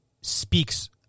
speaks